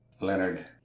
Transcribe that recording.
Leonard